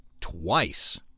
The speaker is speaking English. twice